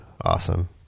Awesome